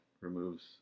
removes